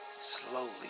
slowly